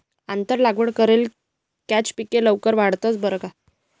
आंतर लागवड करेल कॅच पिके लवकर वाढतंस बरं का